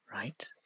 Right